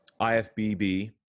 IFBB